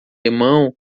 limão